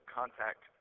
contact